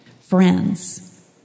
friends